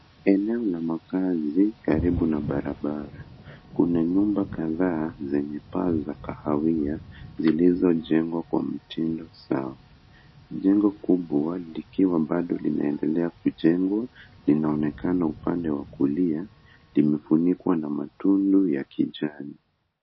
Eneo la makaazi karibu na barabara. Kuna nyumba kadhaa zenye paa za kahawia zilizojengwa kwa mtindo sawa. Jengo kubwa likiwa bado linaendelea kujengwa linaonekana upande wa kulia limefunikwa na matundu ya kijani.